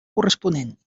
corresponent